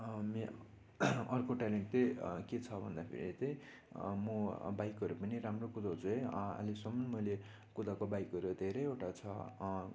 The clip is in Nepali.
मे अर्को ट्यालेन्ट त्यही के छ भन्दाखेरिलाई त्यही म बाइकहरू पनि राम्रो कुदाउँछु है अहिलेसम्म मैले कुदाएको बाइकहरू धेरैवटा छ